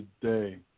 Today